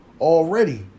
already